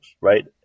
right